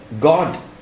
God